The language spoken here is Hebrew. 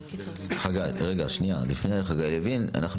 לפני חגי לוין, אנחנו